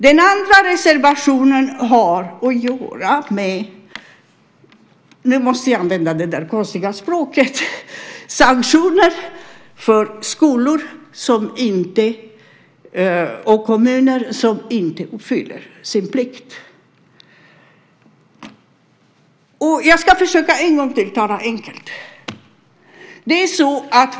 Den andra reservationen har att göra med - nu måste jag använda det där konstiga språket - sanktioner för skolor och kommuner som inte uppfyller sin plikt. Jag ska försöka en gång till att tala enkelt.